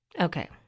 Okay